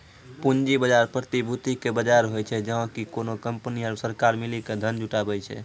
पूंजी बजार, प्रतिभूति के बजार होय छै, जहाँ की कोनो कंपनी आरु सरकार मिली के धन जुटाबै छै